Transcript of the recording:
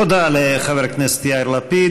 תודה לחבר הכנסת יאיר לפיד.